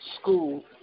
school